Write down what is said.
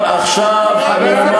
אני אדאג